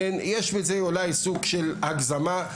יש בזה אולי סוג של הגזמה.